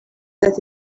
that